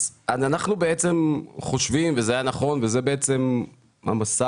אז אנחנו בעצם חושבים וזה בעצם המשא